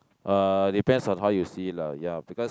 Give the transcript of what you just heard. uh depends on how you see it lah yeah because